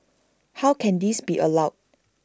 how can this be allowed